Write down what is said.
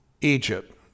Egypt